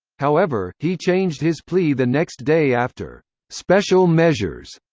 however, he changed his plea the next day after special measures,